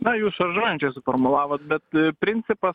na jūs šaržuojančiai suformulavot bet principas